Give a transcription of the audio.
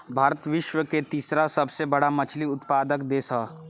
भारत विश्व के तीसरा सबसे बड़ मछली उत्पादक देश ह